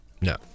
No